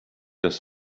das